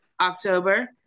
October